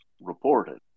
reported